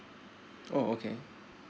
oh okay